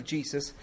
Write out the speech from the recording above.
Jesus